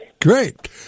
Great